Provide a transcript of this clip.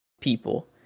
people